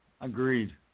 Agreed